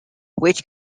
which